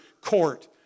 court